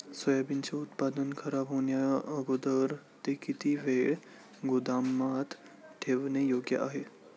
सोयाबीनचे उत्पादन खराब होण्याअगोदर ते किती वेळ गोदामात ठेवणे योग्य आहे?